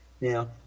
Now